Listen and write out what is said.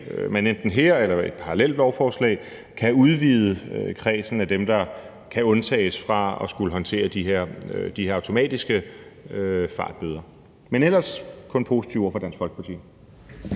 man enten her eller i et parallelt lovforslag kan udvide kredsen af dem, der kan undtages fra at skulle håndtere de her automatiske fartbøder. Men ellers er det kun positive ord fra Dansk Folkeparti.